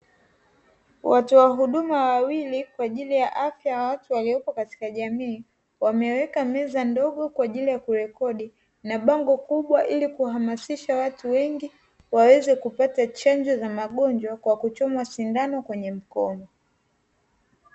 Watoa huduma wawili kwa ajili ya afya ya watu waliopo katika jamii, wameweka meza ndogo kwa ajili ya kurekodi na bango kubwa ili kuhamisha watu wengi waweze kupata chanjo za magonjwa, kwa kuchomwa sindano kwenye mkono.